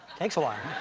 takes a while,